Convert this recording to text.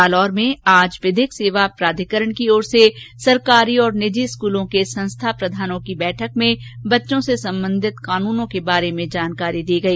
जालौर में आज विधिक सेवा प्राधिकरण की ओर से सरकारी और निजी स्कूलों के संस्था प्रधानों की बैठक में बच्चों से संबंधित कानूनों के बारे में जानकारी दी गई